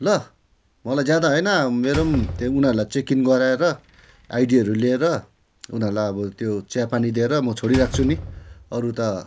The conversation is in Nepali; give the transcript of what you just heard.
ल मलाई ज्यादा होइन मेरो त्यहाँ उनीहरूलाई चेक इन गराएर आइडीहरू लिएर उनीहरूलाई अब त्यो चिया पानी दिएर म छोडिराख्छु नि अरू त